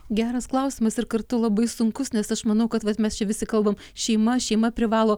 geras klausimas ir kartu labai sunkus nes aš manau kad vat mes čia visi kalbam šeima šeima privalo